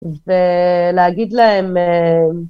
ולהגיד להם...